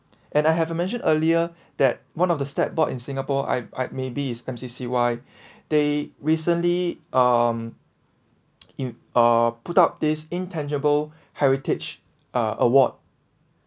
and I have mentioned earlier that one of the stat board in singapore I I maybe is M_C_C_Y they recently um uh put up this intangible heritage uh award